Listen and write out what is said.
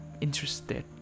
interested